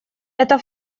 эта